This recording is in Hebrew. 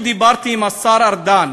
אפילו דיברתי עם השר ארדן